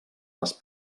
les